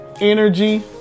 energy